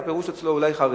הפירוש אצלו הוא אולי חרדי.